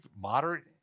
moderate